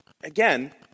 again